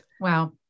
Wow